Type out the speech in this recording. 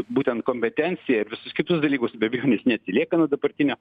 būtent kompetenciją ir visus kitus dalykus be abejonės neatsilieka nuo dabartinio